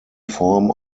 form